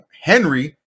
Henry